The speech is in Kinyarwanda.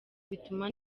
bituma